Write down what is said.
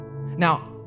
Now